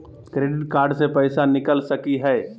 Credit card से पैसा निकल सकी हय?